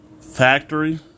factory